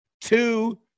two